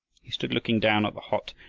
he stood looking down at the hot,